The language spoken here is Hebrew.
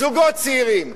זוגות צעירים,